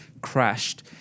crashed